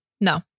No